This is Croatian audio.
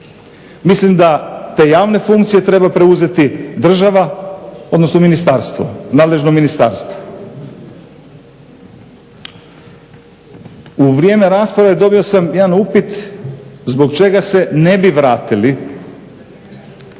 Mislim da te javne funkcije treba preuzeti država, odnosno ministarstvo, nadležno ministarstvo. U vrijeme rasprave dobio sam jedan upit zbog čega se ne bi vratili